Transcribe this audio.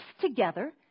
together